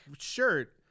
shirt